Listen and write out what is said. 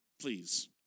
Please